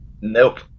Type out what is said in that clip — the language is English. nope